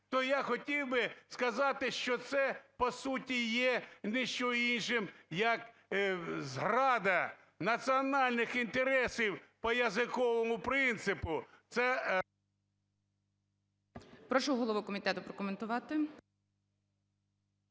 то я хотів би сказати, що це по суті ж не що інше, як зрада національних інтересів по языковому принципу.